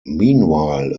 meanwhile